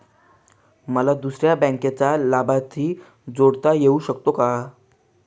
मला दुसऱ्या बँकेचा लाभार्थी जोडता येऊ शकतो का?